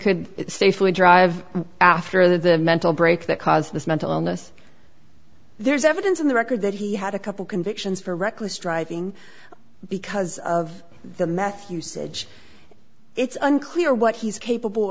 could safely drive after the mental break that caused this mental illness there's evidence in the record that he had a couple convictions for reckless driving because of the meth usage it's unclear what he's capable